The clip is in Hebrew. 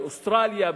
באוסטרליה,